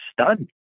stunned